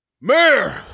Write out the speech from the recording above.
Mayor